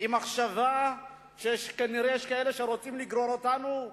היא מחשבה שכנראה יש כאלה שרוצים לגרור אותנו לאירן,